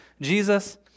Jesus